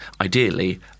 Ideally